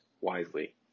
wisely